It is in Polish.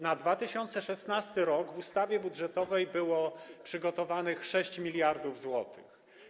Na 2016 r. w ustawie budżetowej było przygotowanych 6 mld zł.